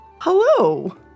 Hello